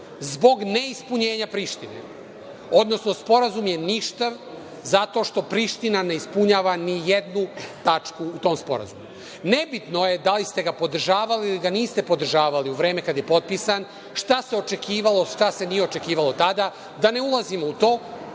zbog ne ispunjenja Prištine, odnosno sporazum je ništav, zato što Priština ne ispunjava ni jednu tačku u tom sporazumu. Nebitno je da li ste ga podržavali ili ga niste podržavali u vreme kada je potpisan, šta se očekivalo, šta se nije očekivalo tada, da ne ulazim u to,